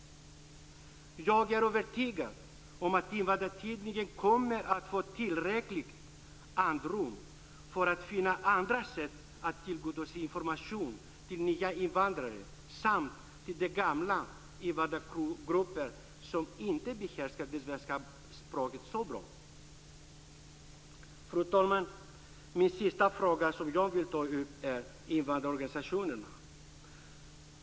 Jag är övertygad om att Invandrartidningen kommer att få ett tillräckligt andrum för att finna andra sätt att tillgodose behovet av information hos nya invandrare samt hos de gamla invandrargrupper som inte behärskar det svenska språket så bra. Fru talman! Min sista fråga som jag vill ta upp är invandrarorganisationerna.